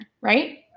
right